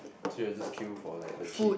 so you all just queue for like the cheap